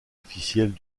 officielles